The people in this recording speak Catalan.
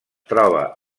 troba